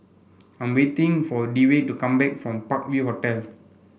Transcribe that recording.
I am waiting for Dewey to come back from Park View Hotel